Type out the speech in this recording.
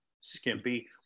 skimpy